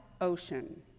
ocean